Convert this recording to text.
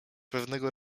pewnego